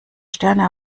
sterne